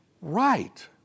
right